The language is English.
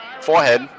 forehead